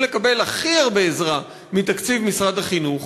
לקבל הכי הרבה עזרה מתקציב משרד החינוך,